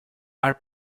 are